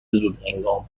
زودهنگام